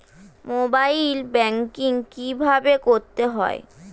Mobile banking কীভাবে করতে হয়?